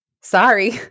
sorry